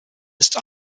ist